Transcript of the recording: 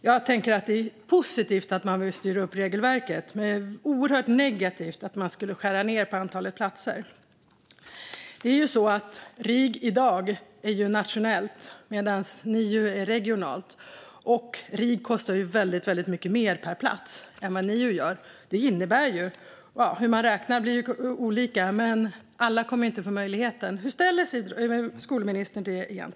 Jag tänker att det är positivt att man vill styra upp regelverket men oerhört negativt att man skulle skära ned på antalet platser. RIG är i dag nationellt, medan NIU är regionalt. RIG kostar också väldigt mycket mer per plats än vad NIU gör. Det blir olika beroende på hur man räknar, men det innebär att alla inte kommer att få möjligheten. Hur ställer sig egentligen skolministern till det?